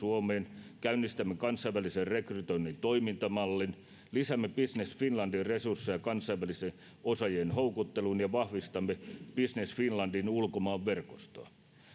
suomeen käynnistämme kansainvälisen rekrytoinnin toimintamallin lisäämme business finlandin resursseja kansainvälisten osaajien houkutteluun ja vahvistamme business finlandin ulkomaanverkostoa